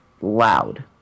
loud